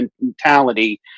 mentality